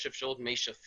יש אפשרות של מי שפיר,